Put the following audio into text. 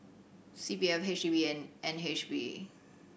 C P F H D B and N H B